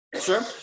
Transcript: Sure